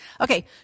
Okay